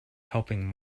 helping